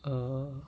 err